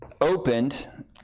opened